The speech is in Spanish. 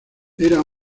era